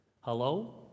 hello